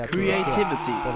Creativity